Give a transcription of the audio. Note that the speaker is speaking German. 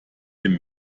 dem